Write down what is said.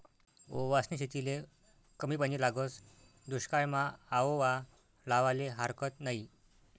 ओवासनी शेतीले कमी पानी लागस, दुश्कायमा आओवा लावाले हारकत नयी